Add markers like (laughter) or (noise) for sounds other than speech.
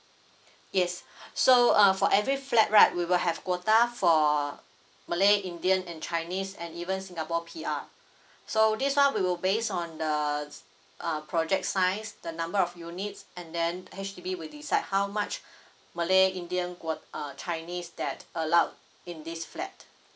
yes (breath) so uh for every flat right we will have quota for malay indian and chinese and even singapore P_R so this one we will base on the uh project size the number of units and then H_D_B will decide how much malay indian quote uh chinese that allowed in this flat